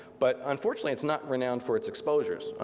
but unfortunately it's not renowned for its exposures.